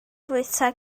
fwyta